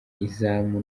izamu